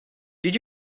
did